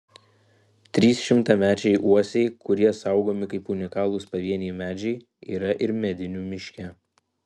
trys šimtamečiai uosiai kurie saugomi kaip unikalūs pavieniai medžiai yra ir medinių miške